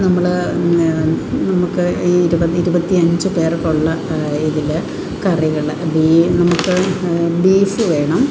നമ്മൾ നമുക്ക് ഈ ഇരുപത് ഇരുപത്തിയഞ്ച് പേർക്കുള്ള ഇതിൽ കറികൾ ബി നമുക്ക് ബീഫ് വേണം